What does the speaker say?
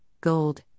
gold